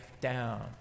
down